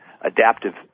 adaptive